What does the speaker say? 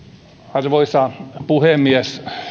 arvoisa puhemies